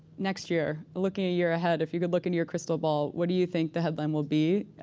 next year, looking a year ahead. if you could look into your crystal ball, what do you think the headline will be?